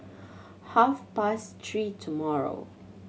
half past three tomorrow